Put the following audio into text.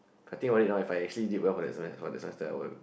I think about it now if I actually did well for that semester this semester I will